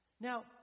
Now